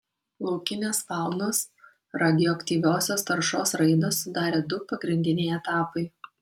laukinės faunos radioaktyviosios taršos raidą sudarė du pagrindiniai etapai